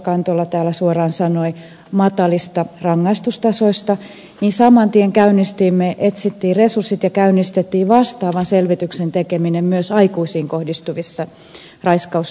kantola täällä suoraan sanoi matalista rangaistustasoista niin saman tien etsittiin resurssit ja käynnistettiin vastaavan selvityksen tekeminen aikuisiin kohdistuvista raiskausrikoksista